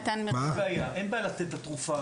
אין בעיה לתת את התרופה,